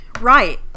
Right